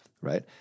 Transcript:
right